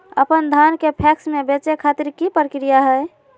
अपन धान के पैक्स मैं बेचे खातिर की प्रक्रिया हय?